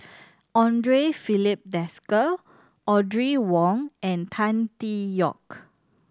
Andre Filipe Desker Audrey Wong and Tan Tee Yoke